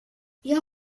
jag